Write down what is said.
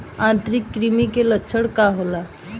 आंतरिक कृमि के लक्षण का होला?